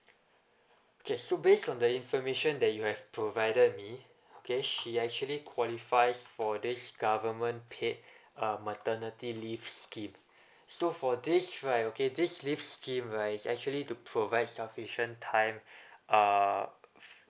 okay so based on the information that you have provided me okay she actually qualifies for this government paid uh maternity leave scheme so for this right okay this leave scheme right is actually to provide sufficient time uh